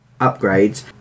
upgrades